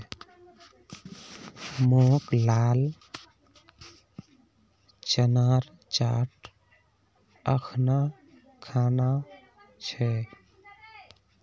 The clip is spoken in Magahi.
मोक लाल चनार चाट अखना खाना छ